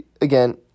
again